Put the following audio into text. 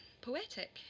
poetic